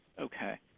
Okay